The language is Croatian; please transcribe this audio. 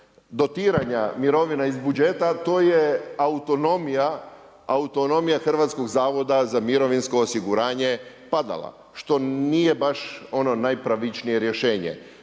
dotiranja mirovina iz budžeta, to je autonomija Hrvatskog zavoda za mirovinsko osiguranje padala što nije baš ono najpravičnije rješenje.